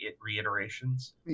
reiterations